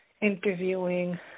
interviewing